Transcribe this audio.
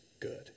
good